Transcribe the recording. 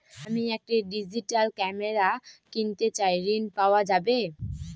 আমি একটি digital camera কিনতে চাই ঝণ পাওয়া যাবে?